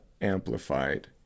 amplified